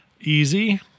easy